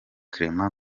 clement